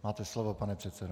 Máte slovo, pane předsedo.